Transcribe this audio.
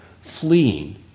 fleeing